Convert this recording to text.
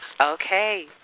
Okay